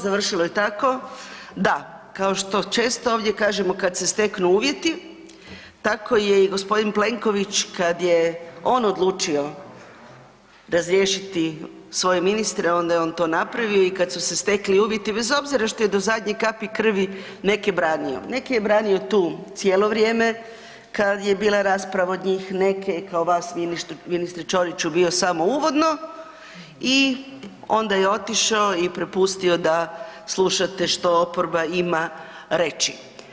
Završilo je tako da kao što često ovdje kažemo kad se steknu uvjeti, tako je i g. Plenković kad je on odlučio razriješiti svoje ministre onda je on to napravio i kad su se stekli uvjeti, bez obzira što je do zadnje kapi krvi neke branio, neke je branio tu cijelo vrijeme, kad je bila rasprava od njih, neke je kao vas ministre Ćoriću bio samo uvodno i onda je otišao i prepustio da slušate što oporba ima reći.